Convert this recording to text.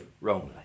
wrongly